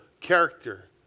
character